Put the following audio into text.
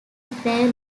play